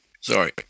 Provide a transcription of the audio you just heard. Sorry